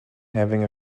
having